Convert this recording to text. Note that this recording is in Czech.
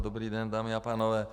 Dobrý den, dámy a pánové.